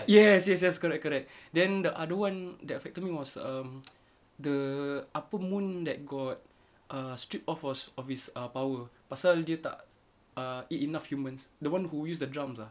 yes yes yes correct correct then the other one that affected me was um the apa moon that got strip o~ of his uh power pasal dia tak uh eat enough humans the one who use the drums ah